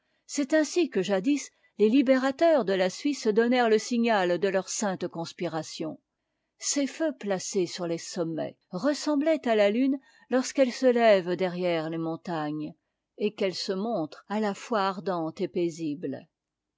c'est ainsi que jadis les libérateurs de la suisse se donnèrent le signal de leur sainte conspiration ces feux placés sur les sommets ressemblaient à la lune lorsqu'elle se lève derrière les montagnes et qu'elle se montre à la fois ardente et paisible